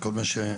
את כל מי שעבד,